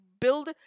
build